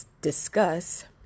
discuss